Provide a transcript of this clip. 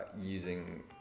using